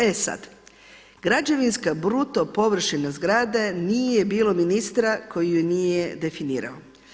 E sada, građevinska bruto površina zgrade, nije bilo ministra koji ju nije definirao.